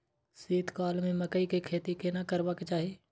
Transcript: शीत काल में मकई के खेती केना करबा के चाही?